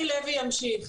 ולוי ימשיך.